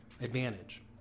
advantage